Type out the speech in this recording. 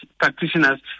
practitioners